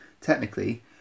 technically